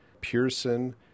Pearson